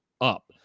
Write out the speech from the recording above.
up